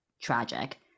tragic